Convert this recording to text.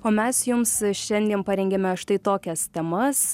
o mes jums šiandien parengėme štai tokias temas